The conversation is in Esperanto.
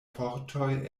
fortoj